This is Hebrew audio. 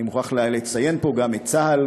אני מוכרח לציין פה גם את צה"ל,